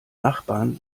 nachbarn